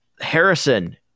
Harrison